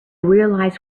realize